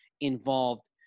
involved